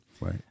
Right